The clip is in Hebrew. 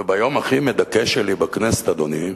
וביום הכי מדכא שלי בכנסת, אדוני,